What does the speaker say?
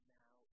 now